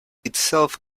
itself